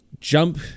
jump